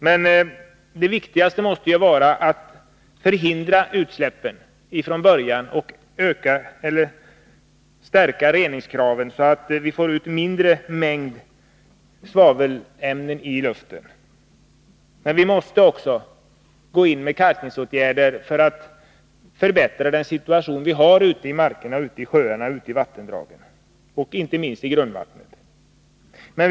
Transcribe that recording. Men det viktigaste måste vara att förhindra utsläppen och skärpa reningskraven, så att vi får ut en mindre mängd svavelämnen i luften. Men vi måste också gå in med kalkningsåtgärder för att förbättra den situation vi har ute i markerna, i sjöarna och i vattendragen, inte minst i grundvattnet.